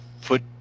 foot